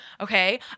okay